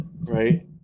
right